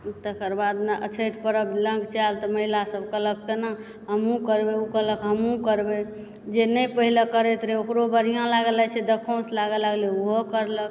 तकर बाद नऽ छठि परब लङ्घ चलि तऽ माहिलासभ कहलक तेना हमहुँ करबै ओ कहलक हमहुँ करबै जे नहि पहिले करैत रहए ओकरो बढ़िआँ लागऽ लगै छै दखौस लागऽ लगलै ओहो करलक